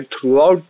throughout